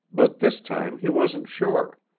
but this time he wasn't sure.